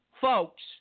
folks